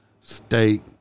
steak